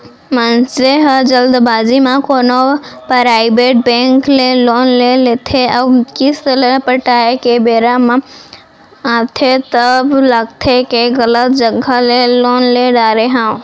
मनसे ह जल्दबाजी म कोनो पराइबेट बेंक ले लोन ले लेथे अउ किस्त ल पटाए के बेरा आथे तब लगथे के गलत जघा ले लोन ले डारे हँव